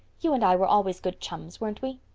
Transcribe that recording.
you and i were always good chums, weren't we?